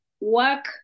work